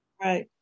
Right